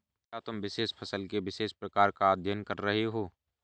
क्या तुम विशेष फसल के विशेष प्रकार का अध्ययन कर रहे हो?